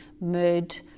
mood